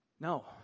No